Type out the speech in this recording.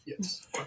Yes